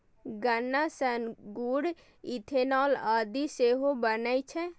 गन्ना सं गुड़, इथेनॉल आदि सेहो बनै छै